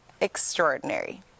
extraordinary